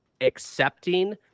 accepting